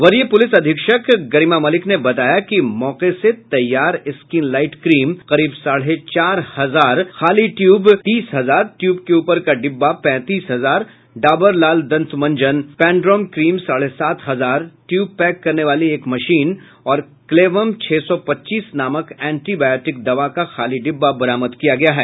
वरीय प्रलिस अधीक्षक गरिमा मलिक ने बताया कि मौके से तैयार स्कीन लाइट क्रीम करीब साढ़े चार हजार खाली ट्यूब तीस हजार ट्यूब के ऊपर का डिब्बा पैंतीस हजार डाबर लाल दंत मंजन पैनडौर्म क्रीम साढ़े सात हजार ट्यूब पैक करने वाली एक मशीन और क्लैवम छह सौ पच्चीस नामक एंटी बॉयोटिक दवा का खाली डिब्बा बरामद किया गया है